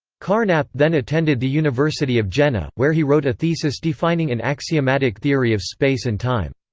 carnap then attended the university of jena, where he wrote a thesis defining an axiomatic theory of space and time.